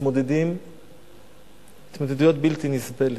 מתמודדים התמודדויות בלתי נסבלת.